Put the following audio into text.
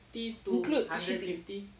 include ship